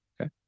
Okay